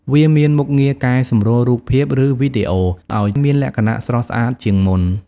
វាមានមុខងារកែសម្រួលរូបភាពឬវីដេអូឱ្យមានលក្ខណៈស្រស់ស្អាតជាងមុន។